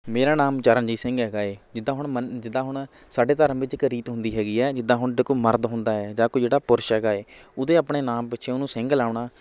ਮੇਰਾ ਨਾਮ ਚਰਨਜੀਤ ਸਿੰਘ ਹੈਗਾ ਏ ਜਿੱਦਾਂ ਹੁਣ ਮਨ ਜਿੱਦਾਂ ਹੁਣ ਸਾਡੇ ਧਰਮ ਵਿੱਚ ਇੱਕ ਰੀਤ ਹੁੰਦੀ ਹੈਗੀ ਹੈ ਜਿੱਦਾਂ ਹੁਣ ਦੇਖੋ ਮਰਦ ਹੁੰਦਾ ਏ ਜਾਂ ਕੋਈ ਜਿਹੜਾ ਪੁਰਸ਼ ਹੈਗਾ ਏ ਉਹਦੇ ਆਪਣੇ ਨਾਮ ਪਿੱਛੇ ਉਹਨੂੰ ਸਿੰਘ ਲਾਉਣਾ